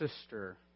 sister